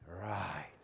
Right